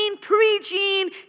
preaching